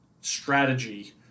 strategy